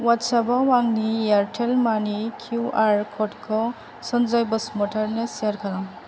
वाट्सापआव आंनि एयारटेल मानि किउआर क'डखौ सनजय बैसुमतारिनो सेयार खालाम